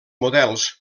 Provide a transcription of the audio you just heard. models